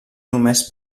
només